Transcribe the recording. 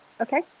Okay